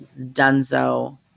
Dunzo